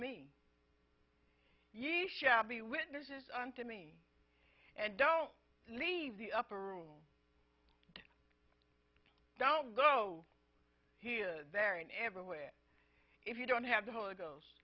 me ye shall be witnesses on to me and don't leave the upper room don't go here there and everywhere if you don't have the hol